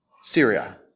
Syria